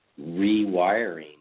rewiring